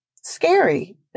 scary